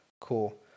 Cool